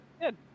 Good